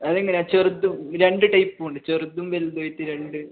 അതിങ്ങനെ ചെറുതും രണ്ട് ടൈപ്പും ഉണ്ട് ചെറുതും വലുതും ആയിട്ട് രണ്ട്